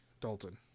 Dalton